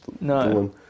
no